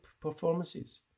performances